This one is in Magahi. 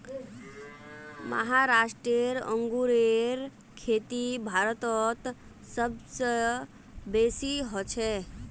महाराष्ट्र अंगूरेर खेती भारतत सब स बेसी हछेक